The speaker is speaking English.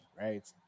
right